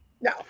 No